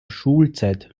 schulzeit